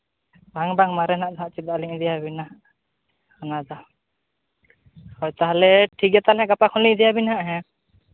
ᱵᱟᱝ ᱵᱟᱝ ᱢᱟᱨᱮᱱᱟᱜ ᱫᱚ ᱱᱟᱦᱟᱸᱜ ᱪᱮᱫᱟᱜ ᱞᱤᱧ ᱤᱫᱤᱭᱟᱵᱤᱱᱟ ᱚᱱᱟᱫᱚ ᱦᱳᱭ ᱛᱟᱦᱚᱞᱮ ᱴᱷᱤᱠ ᱜᱮᱭᱟ ᱛᱟᱦᱚᱞᱮ ᱜᱟᱯᱟ ᱠᱷᱚᱱ ᱞᱤᱧ ᱤᱫᱤᱭᱟᱵᱤᱱᱟ ᱦᱮᱸ